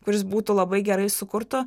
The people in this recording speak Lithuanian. kuris būtų labai gerai sukurtų